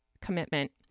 commitment